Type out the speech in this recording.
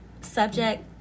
subject